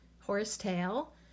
horsetail